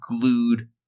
glued